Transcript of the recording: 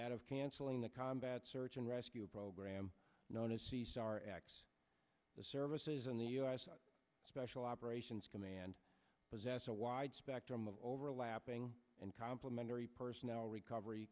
out of cancelling the combat search and rescue program known as c s r x the services in the u s special operations command possess a wide spectrum of overlapping and complimentary personnel recovery